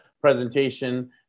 presentation